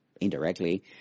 indirectly